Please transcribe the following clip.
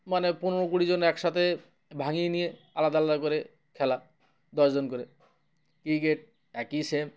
মানে পনেরো কুড়ি জন একসাথে ভাঙিয়ে নিয়ে আলাদা আলাদা করে খেলা দশজন করে ক্রিকেট একই সেম